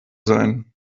sein